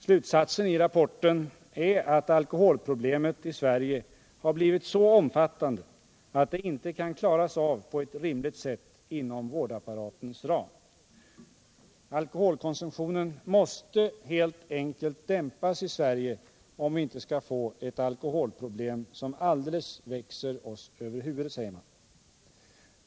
Slutsatsen i rapporten är att alkoholproblemet i Sverige har blivit så omfattande att det inte kan klaras av på ett rimligt sätt inom vårdapparatens ram. Alkoholkonsumtionen måste helt enkelt dämpas i Sverige, om vi inte skall få ett alkoholproblem som alldeles växer oss över huvudet.